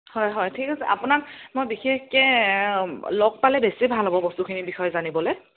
হয় হয় ঠিক আছে আপোনাক মই বিশেষকৈ লগ পালে বেছি ভাল হ'ব বস্তুখিনিৰ বিষয়ে জানিবলৈ